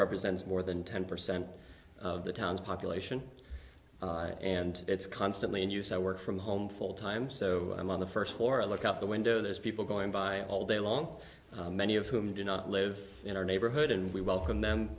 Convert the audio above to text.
represents more than ten percent of the town's population and it's constantly in use i work from home full time so i'm on the first floor i look up the window there's people going by all day long many of whom do not live in our neighborhood and we welcome them